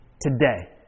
Today